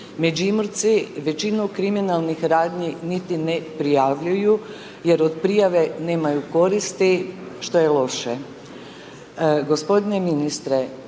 Međimurci većinu kriminalnih radnji niti ne prijavljuju jer od prijave nemaju koristi, što je loše.